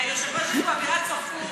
היושב-ראש, יש פה אווירת סוף קורס.